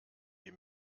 die